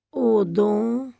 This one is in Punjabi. ਉਦੋਂ